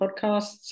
podcasts